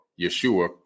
Yeshua